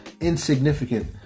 insignificant